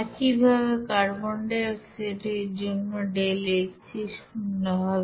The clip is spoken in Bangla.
একইভাবে কার্বন ডাই অক্সাইডের জন্য ΔHc শূন্য হবে